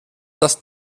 das